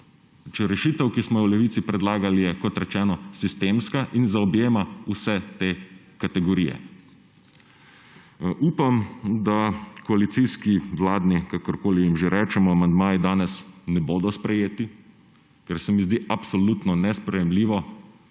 Rešitev, ki smo jo v Levici predlagali, je kot rečeno sistemska in zaobjema vse te kategorije. Upam, da koalicijski, vladni, kakorkoli jim že rečemo, amandmaji danes ne bodo sprejeti, ker se mi zdi absolutno nesprejemljivo,